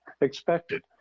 expected